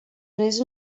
res